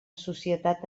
societat